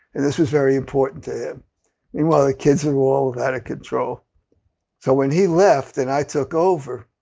and this was very important to him. meanwhile, the kids are all out of control so when he left and i took over,